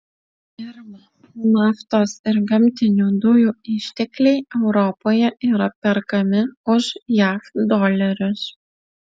pirma naftos ir gamtinių dujų ištekliai europoje yra perkami už jav dolerius